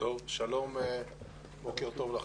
שלום ובוקר טוב לכם.